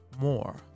more